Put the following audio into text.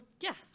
yes